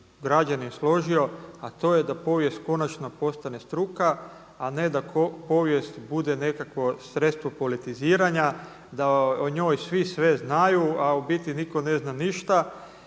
građanin složio a to je da povijest konačno postane struka a ne da povijest bude nekakvo sredstvo politiziranja, da o njoj svi sve znaju a u biti nitko ne zna ništa.